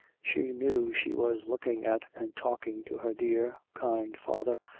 she knew she was looking at and talking to her dear, kind father,